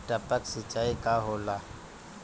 टपक सिंचाई का होला?